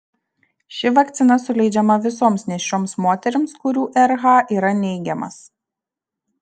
ši vakcina suleidžiama visoms nėščioms moterims kurių rh yra neigiamas